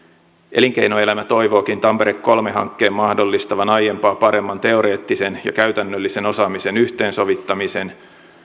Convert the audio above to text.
elinkeinoelämä toivookin tampere kolme hankkeen mahdollistavan aiempaa paremman teoreettisen ja käytännöllisen osaamisen yhteensovittamisen